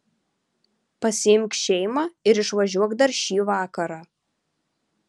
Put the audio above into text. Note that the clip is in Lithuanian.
pasiimk šeimą ir išvažiuok dar šį vakarą